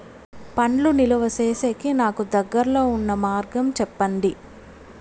పండ్లు నిలువ సేసేకి నాకు దగ్గర్లో ఉన్న మార్గం చెప్పండి?